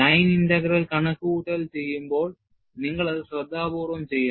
line integral കണക്കുകൂട്ടൽ ചെയ്യുമ്പോൾ നിങ്ങൾ അത് ശ്രദ്ധാപൂർവ്വം ചെയ്യണം